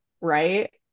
right